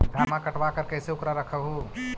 धनमा कटबाकार कैसे उकरा रख हू?